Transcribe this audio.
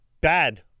bad